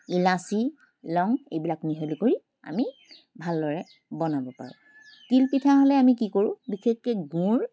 ইলাচি লং এইবিলাক মিহলি কৰি আমি ভালদৰে বনাব পাৰোঁ তিলপিঠা হ'লে আমি কি কৰোঁ বিশেষকৈ গুড়